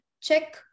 check